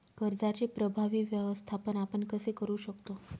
कर्जाचे प्रभावी व्यवस्थापन आपण कसे करु शकतो?